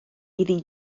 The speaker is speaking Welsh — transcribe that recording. iddi